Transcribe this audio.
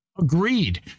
Agreed